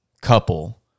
couple